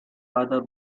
either